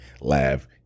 laugh